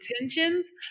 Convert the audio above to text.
intentions